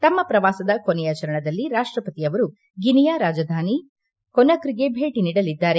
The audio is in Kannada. ತಮ್ನ ಶ್ರವಾಸದ ಕೊನೆಯ ಚರಣದಲ್ಲಿ ರಾಷ್ಷಪತಿ ಅವರು ಗಿನಿಯಾ ರಾಜಧಾನಿ ಕೊನ್ರಿಗೆ ಭೇಟನೀಡಲಿದ್ದಾರೆ